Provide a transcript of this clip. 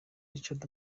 richard